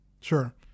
sure